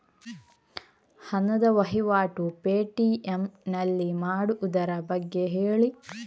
ಹಣದ ವಹಿವಾಟು ಪೇ.ಟಿ.ಎಂ ನಲ್ಲಿ ಮಾಡುವುದರ ಬಗ್ಗೆ ಹೇಳಿ